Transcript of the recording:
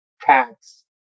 tax